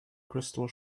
crystal